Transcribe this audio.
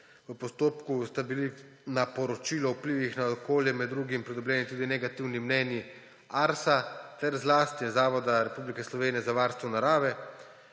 V postopku sta bili na poročilo o vplivih na okolje med drugim pridobljeni tudi negativni mnenji Arsa ter zlasti Zavoda Republike Slovenije za varstvo narave.